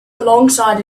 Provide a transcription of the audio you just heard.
alongside